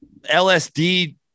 LSD